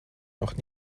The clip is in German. noch